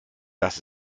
das